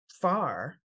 far